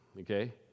okay